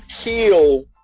kill